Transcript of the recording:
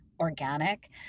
Organic